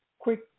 quick